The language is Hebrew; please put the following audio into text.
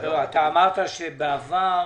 אמרת שבעבר